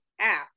app